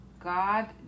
God